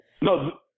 No